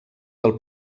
del